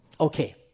Okay